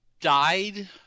died